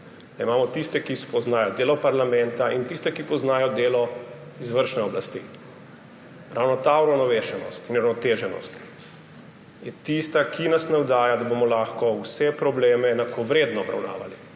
imamo tiste, ki poznajo delo parlamenta, in tiste, ki poznajo delo izvršne oblasti. Ravno ta uravnovešenost in uravnoteženost je tista, ki nas navdaja, da bomo lahko vse probleme enakovredno obravnavali.